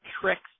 tricks